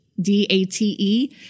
d-a-t-e